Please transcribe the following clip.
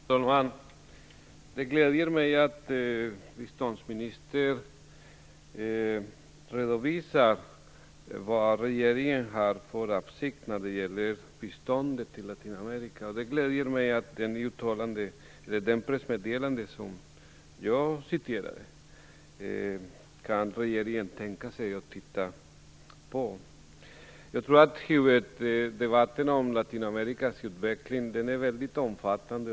Fru talman! Det gläder mig att biståndsministern redovisar regeringens avsikter när det gäller biståndet till Latinamerika. Det gläder mig också att regeringen kan tänka sig att titta på det pressmeddelande som jag citerade. Huvuddebatten om Latinamerikas utveckling är väldigt omfattande.